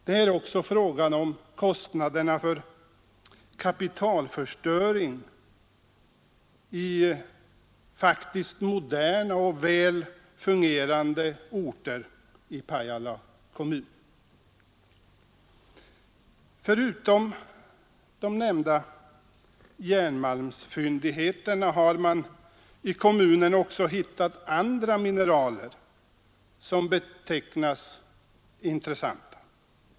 Det är 50 också fråga om kostnaderna för kapitalförstöring i moderna och väl Förutom de nämnda järnmalmsfyndigheterna har man i kommunen hittat andra mineraler som betecknas som intressanta.